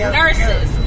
nurses